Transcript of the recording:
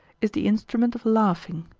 is the instrument of laughing.